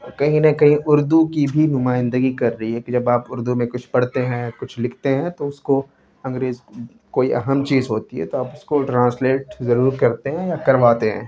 کہیں نہ کہیں اردو کی بھی نمائندگی کر رہی ہے کہ جب آپ اردو میں کچھ پڑھتے ہیں کچھ لکھتے ہیں تو اس کو انگریز کوئی اہم چیز ہوتی ہے تو آپ اس کو ٹرانسلیٹ ضرور کرتے ہیں یا کرواتے ہیں